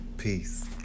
peace